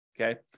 Okay